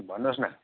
भन्नुहोस् न